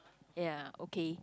ya okay